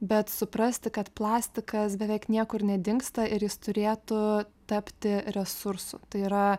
bet suprasti kad plastikas beveik niekur nedingsta ir jis turėtų tapti resursu tai yra